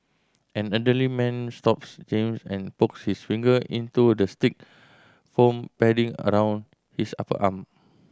and elderly man stops James and pokes his finger into the stick foam padding around his upper arm